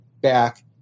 back